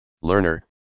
Learner